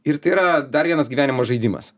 ir tai yra dar vienas gyvenimo žaidimas